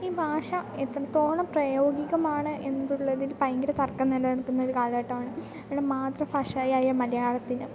ഈ ഭാഷ എത്രത്തോളം പ്രായോഗികമാണ് എന്നുള്ളതിൽ ഭയങ്കര തർക്കം നിലനിൽക്കുന്നൊരു കാലഘട്ടമാണ് മാതൃ ഭാഷയായ മലയാളത്തിന്